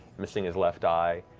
missing his left eye,